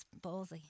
ballsy